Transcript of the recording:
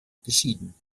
geschieden